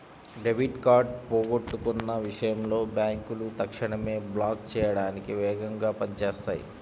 debit card పోగొట్టుకున్న విషయంలో బ్యేంకులు తక్షణమే బ్లాక్ చేయడానికి వేగంగా పని చేత్తాయి